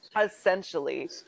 essentially